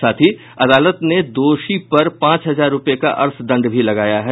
साथ ही अदालत ने दोषी पर पांच हजार रुपये का अर्थदंड भी लगाया है